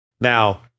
Now